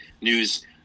news